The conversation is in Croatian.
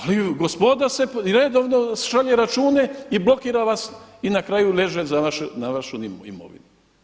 Ali gospoda redovno šalje račune i blokira vas i na kraju leže na vašu imovinu.